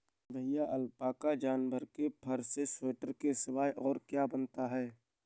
भैया अलपाका जानवर के फर से स्वेटर के सिवाय और क्या बनता है?